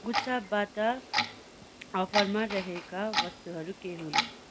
गुच्छाबाट अफरमा रहेका वस्तुहरू के हुन्